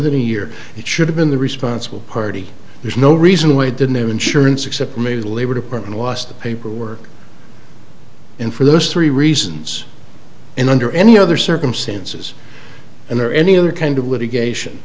than a year he should have been the responsible party there's no reason why he didn't have insurance except maybe the labor department lost the paperwork and for those three reasons and under any other circumstances and or any other kind of litigation